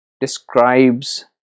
describes